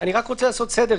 אני רוצה לעשות סדר.